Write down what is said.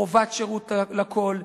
חובת שירות לכול,